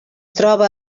troba